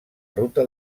ruta